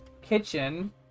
kitchen